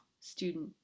student